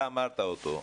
אתה אמרת אותו,